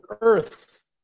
earth